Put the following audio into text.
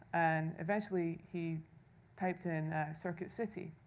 and, eventually, he typed in, circuit city,